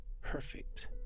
perfect